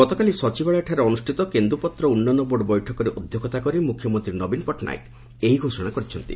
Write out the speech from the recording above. ଗତକାଲି ସଚିବାଳୟଠାରେ ଅନୁଷିତ କେନ୍ଦ୍ରପତ୍ର ଉନୁୟନ ବୋର୍ଡ୍ ବୈଠକରେ ଅଧ୍ଧକ୍ଷତା କରି ମୁଖ୍ୟମନ୍ତୀ ନବୀନ ପଟ୍ଟନାୟକ ଏହି ଘୋଷଣା କରିଛନ୍ତି